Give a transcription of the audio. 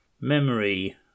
memory